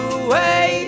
away